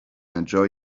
enjoy